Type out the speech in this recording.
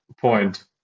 point